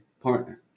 partner